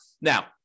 Now